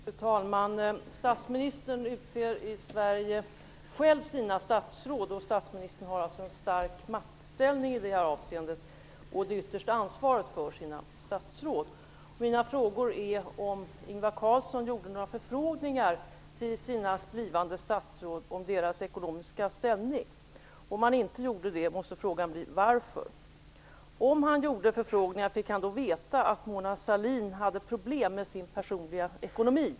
Fru talman! Statsministern utser i Sverige själv sina statsråd. Statsministern har alltså en stark maktställning i det avseendet och det yttersta ansvaret för sina statsråd. Mina frågor är: Gjorde Ingvar Carlsson några förfrågningar till sina blivande statsråd om deras ekonomiska ställning? Om han inte gjorde det måste frågan bli: Varför? Om han gjorde förfrågningar, fick han då veta att Mona Sahlin hade problem med sin personliga ekonomi?